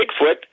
Bigfoot